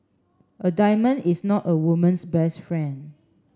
a diamond is not a woman's best friend